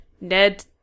Ned